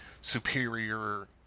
superior